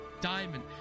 Diamond